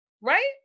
Right